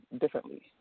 differently